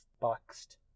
boxed